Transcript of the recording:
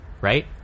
right